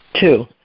Two